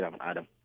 Adam